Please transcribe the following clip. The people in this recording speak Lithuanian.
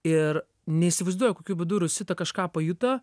ir neįsivaizduoju kokiu būdu rosita kažką pajuto